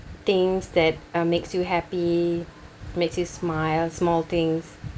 things that uh makes you happy makes you smile small things